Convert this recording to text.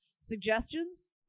suggestions